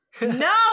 No